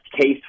case